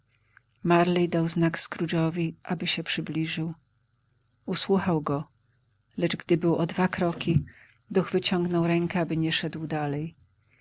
dał znak scrooge'owi aby się przybliżył usłuchał go lecz gdy był o dwa kroki duch wyciągnął rękę aby nie szedł dalej